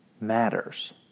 matters